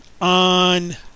on